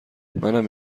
منم